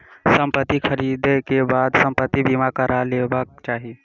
संपत्ति ख़रीदै के बाद संपत्ति बीमा करा लेबाक चाही